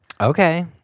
Okay